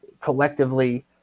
collectively